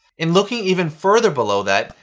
and looking even further below that,